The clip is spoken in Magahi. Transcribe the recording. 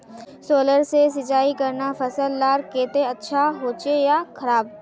सोलर से सिंचाई करना फसल लार केते अच्छा होचे या खराब?